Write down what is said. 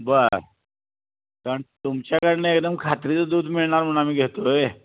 बरं कारण तुमच्याकडून एकदम खात्रीचं दूध मिळणार म्हणून आम्ही घेतो आहे